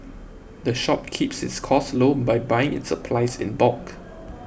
the shop keeps its costs low by buying its supplies in bulk